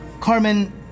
Carmen